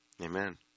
Amen